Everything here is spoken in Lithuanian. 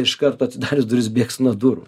iš karto atidarius duris bėgs nuo durų